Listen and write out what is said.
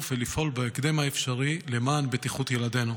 ולפעול בהקדם האפשרי למען בטיחות ילדינו.